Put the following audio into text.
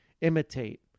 imitate